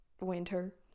winter